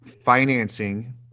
financing